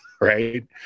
right